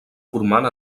formant